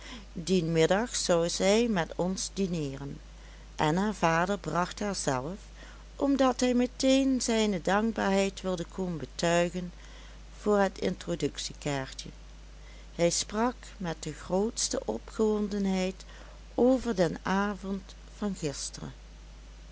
dien middag zou zij met ons dineeren en haar vader bracht haar zelf omdat hij meteen zijne dankbaarheid wilde komen betuigen voor het introductiekaartje hij sprak met de grootste opgewondenheid over den avond van gisteren